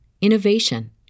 innovation